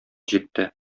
җитте